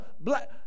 black